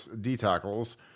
D-tackles